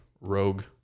rogue